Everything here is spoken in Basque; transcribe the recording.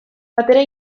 bateria